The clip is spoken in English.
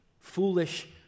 Foolish